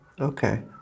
okay